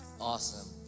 Awesome